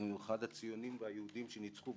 ובמיוחד הציונים והיהודים שניצחו,